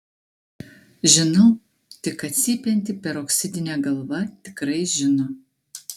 žinau tik kad cypianti peroksidinė galva tikrai žino